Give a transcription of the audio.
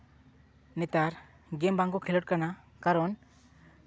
ᱱᱮᱛᱟᱨ ᱜᱮᱢ ᱵᱟᱝᱠᱚ ᱠᱷᱮᱞᱳᱰ ᱠᱟᱱᱟ ᱠᱟᱨᱚᱱ